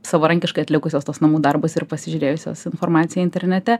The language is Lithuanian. savarankiškai atlikusios tuos namų darbus ir pasižiūrėjusios informaciją internete